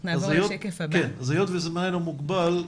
היות וזמננו מוגבל,